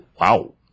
Wow